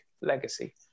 legacy